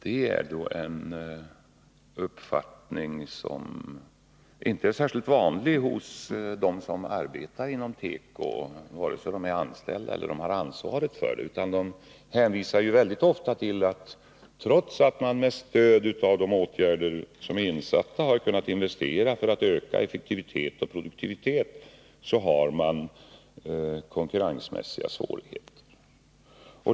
Det är en uppfattning som inte är särskilt vanlig hos dem som arbetar inom teko, vare sig de är anställda eller har ansvaret för ett företag. De hänvisar väldigt ofta till att de, trots att de med stöd av de insatta åtgärderna har kunnat investera för att öka effektivitet och produktivitet, har konkurrensmässiga svårigheter.